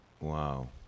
Wow